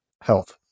health